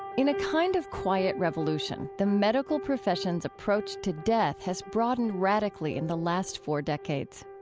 in a kind of quiet revolution, the medical profession's approach to death has broadened radically in the last four decades.